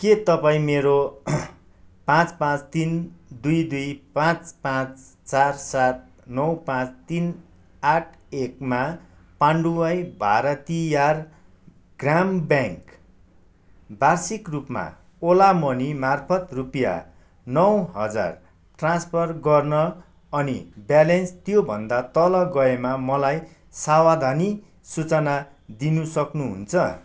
के तपाईँ मेरो पाँच पाँच तिन दुई दुई पाँच पाँच चार सात नौ पाँच तिन आठ एकमा पान्डुवाई भारतीयार ग्राम ब्याङ्क वार्षिक रूपमा ओला मनीमार्फत रुपियाँ नौ हजार ट्रान्सफर गर्न अनि ब्यालेन्स त्योभन्दा तल गएमा मलाई सावधानी सूचना दिनु सक्नुहुन्छ